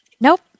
Nope